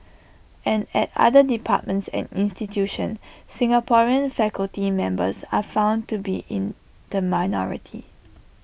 and at other departments and institutions Singaporean faculty members are found to be in the minority